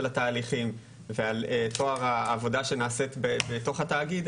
התהליכים ועל טוהר העבודה שנעשית בתוך התאגיד,